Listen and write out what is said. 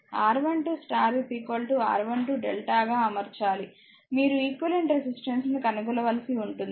R12స్టార్ R12డెల్టా గా అమర్చాలి మీరు ఈక్వివలెంట్ రెసిస్టెన్స్ ను కనుగొనవలసి ఉంటుంది